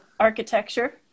Architecture